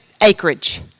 acreage